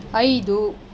ಐದು